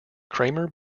kramer